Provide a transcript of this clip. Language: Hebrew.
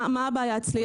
מה הבעיה אצלי?